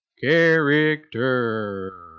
Character